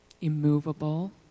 immovable